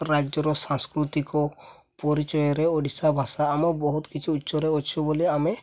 ରାଜ୍ୟର ସାଂସ୍କୃତିକ ପରିଚୟରେ ଓଡ଼ିଶା ଭାଷା ଆମେ ବହୁତ କିଛି ଉଚ୍ଚରେ ଅଛୁ ବୋଲି ଆମେ